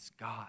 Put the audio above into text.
God